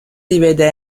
rivede